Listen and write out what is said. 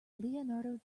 leonardo